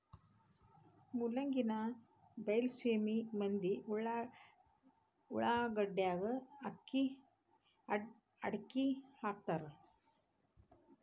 ಮೂಲಂಗಿನಾ ಬೈಲಸೇಮಿ ಮಂದಿ ಉಳಾಗಡ್ಯಾಗ ಅಕ್ಡಿಹಾಕತಾರ